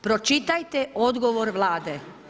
Pročitajte odgovor Vlade.